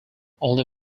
only